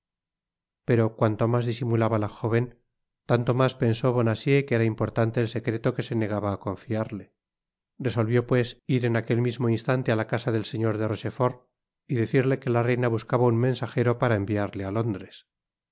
pero cuanto mas disimulaba la jóven tanto mas pensó bonacieux que era importante el secreto que se negaba á confiarle resolvió pues ir en aquel mismo instante á casa del señor de rochefort y decirle que la reina buscaba un mensajero para enviarle á londres